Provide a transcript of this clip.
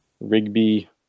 Rigby